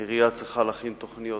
העירייה צריכה להכין תוכניות